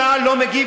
צה"ל לא מגיב.